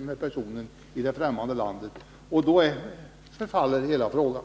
med personer i det fftämmande landet. Då faller hela frågan.